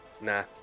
Nah